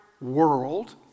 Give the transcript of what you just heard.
world